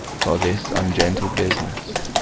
for this ungentle business,